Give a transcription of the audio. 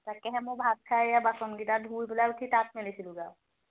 তাকেহে মোৰ ভাত খাই এয়া বাচনকেইটা ধুই পেলাই উঠি তাঁত মেলিছিলোঁগে আৰু